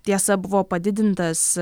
tiesa buvo padidintas